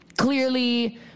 Clearly